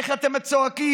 איך אתם צועקים?